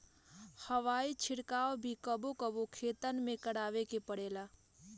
हवाई छिड़काव भी कबो कबो खेतन में करावे के पड़ेला